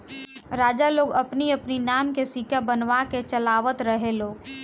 राजा लोग अपनी अपनी नाम के सिक्का बनवा के चलवावत रहे लोग